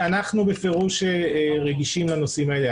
אנחנו בפירוש רגישים לנושאים האלה,